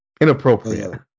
Inappropriate